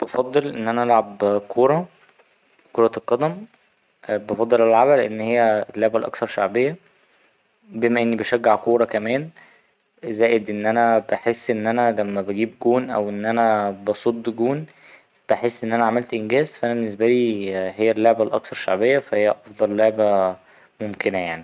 بفضل إن أنا ألعب كورة كرة القدم بفضل ألعبها لأن هي اللعبة الأكثر شعبية بما إني بشجع كورة كمان زائد إن أنا بحس إن أنا لما بجيب جون أو إن أنا بصد جون بحس إن أنا عملت إنجاز فا أنا بالنسبالي هي اللعبة الأكثر شعبية فا هي أفضل لعبة ممكنة يعني.